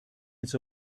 its